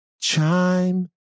chime